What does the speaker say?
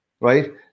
right